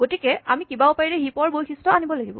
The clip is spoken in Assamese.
গতিকে আমি কিবা উপায়েৰে হিপ ৰ বৈশিষ্ট আনিব লাগিব